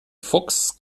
fuchs